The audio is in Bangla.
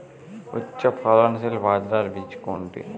উচ্চফলনশীল বাজরার বীজ কোনটি?